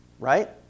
right